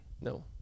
No